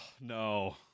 no